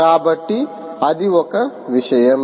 కాబట్టి అది ఒక విషయం